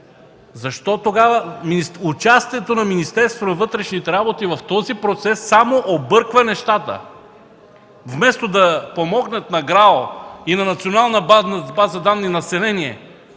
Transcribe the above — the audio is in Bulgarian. на изборите. Участието на Министерството на вътрешните работи в този процес само обърква нещата. Вместо да помогнат на ГРАО и на Национална база данни „Население”